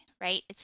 right